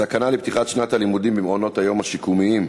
סכנה לפתיחת שנת הלימודים במעונות-היום השיקומיים,